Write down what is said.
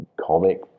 comic